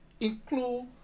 include